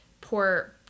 poor